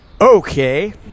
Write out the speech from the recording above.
Okay